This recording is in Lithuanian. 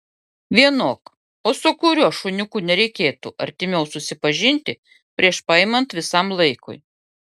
vienok o su kuriuo šuniuku nereikėtų artimiau susipažinti prieš paimant visam laikui